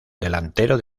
delantero